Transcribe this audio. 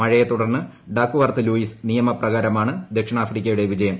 മഴയെ തുടർന്ന് Duckworth Lewis നിയമപ്രകാരമാണ് ദക്ഷിണാഫ്രിക്കയുടെ വിജയം